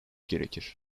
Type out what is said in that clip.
gerekir